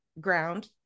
ground